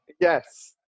Yes